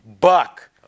Buck